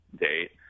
date